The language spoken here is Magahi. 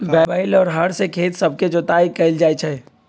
बैल आऽ हर से खेत सभके जोताइ कएल जाइ छइ